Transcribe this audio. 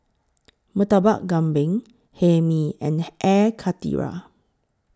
Murtabak Kambing Hae Mee and Air Karthira